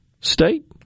state